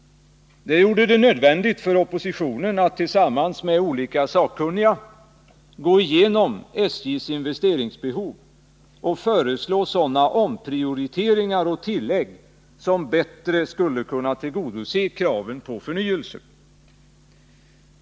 Det gjorde det nödvändigt för oppositionen att tillsammans med olika sakkunniga gå igenom SJ:s investeringsbehov och föreslå sådana omprioriteringar och tillägg som bättre skulle tillgodose kraven på förnyelse.